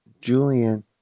Julian